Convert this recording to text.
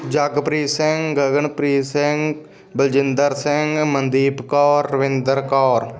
Jagpreet Singh Gaganpreet Singh Baljinder Singh Mandeep Kaur Ravinder Kaur